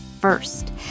first